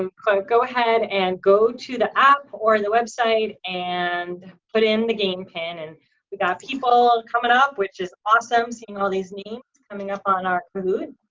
um kind of go ahead and go to the app or and the website and put in the game pin and we got people coming up, which is awesome, seeing all these names coming up on our kahoot.